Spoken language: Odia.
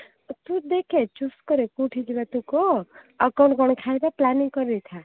ତୁ ଦେଖେ ଚୁଜ୍ କରେ କୋଉଠି ଯିବା ତୁ କହ ଆଉ କ'ଣ କ'ଣ ଖାଇବା ପ୍ଲାନିଂ କରିଦେଇଥା